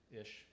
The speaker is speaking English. ish